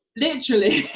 literally,